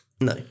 no